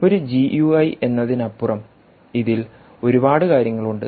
ഒരു ജിയുഐഎന്നതിനപ്പുറം ഇതിൽ ഒരുപാട് കാര്യങ്ങളുണ്ട്